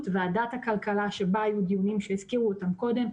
ועדת הכלכלה שבה היו דיונים שהוזכרו קודם,